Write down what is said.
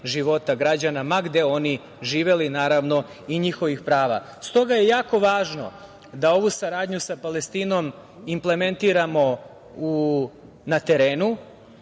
života građana ma gde oni živeli, naravno i njihovih prava. Stoga je jako važno da ovu saradnju sa Palestinom implementiramo na terenu.